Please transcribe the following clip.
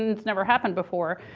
and it's never happened before.